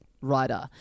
writer